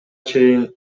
чейин